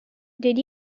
did